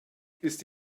ist